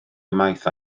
ymaith